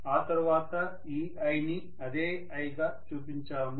ఆ తర్వాత ఈ i ని అదే i గా చూపించాము